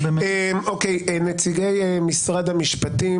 נציגי משרד המשפטים.